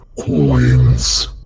coins